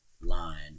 line